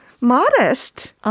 modest